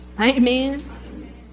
amen